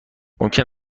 ممکن